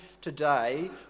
today